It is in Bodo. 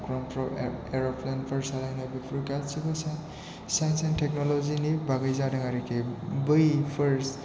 एर'प्लेनफोर सालायनाय बेफोर गासैबो सायन्स एन्ड टेकन'लजिनि बागै जादों आरोखि बैफोर